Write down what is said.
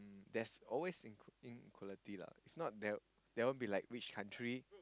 there's always in inequality lah if not there won't be like rich country